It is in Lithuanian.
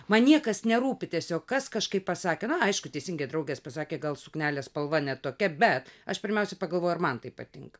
man niekas nerūpi tiesiog kas kažkaip pasakė na aišku teisingai draugės pasakė gal suknelės spalva ne tokia bet aš pirmiausia pagalvojau ar man tai patinka